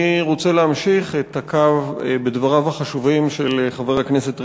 אני רוצה להמשיך את הקו בדבריו החשובים של חבר הכנסת ריבלין,